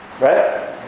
Right